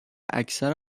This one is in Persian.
اکثر